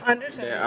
hundred seven